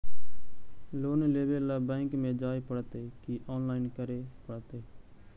Loan लेवे ल bank में जाय पड़तै कि औनलाइन करे पड़तै?